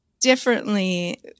differently